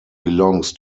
belongs